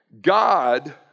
God